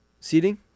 seating